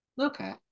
Okay